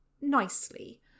nicely